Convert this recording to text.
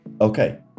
Okay